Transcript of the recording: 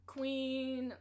Queen